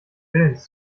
willens